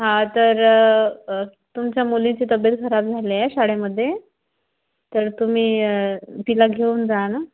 हां तर तुमच्या मुलीची तब्तेत खराब झाली आहे शाळेमध्ये तर तुम्ही तिला घेऊन जा ना